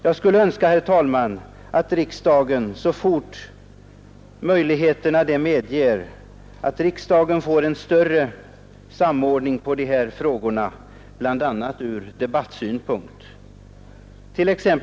Jag skulle önska, herr talman, att riksdagen, så fort omständigheterna det medger, får en större samordning av de här frågorna, bl.a. ur debattsynpunkt.